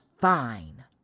fine